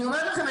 אני אומרת לכם,